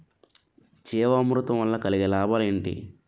జీవామృతం వల్ల కలిగే లాభాలు ఏంటి?